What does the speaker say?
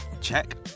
Check